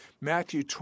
Matthew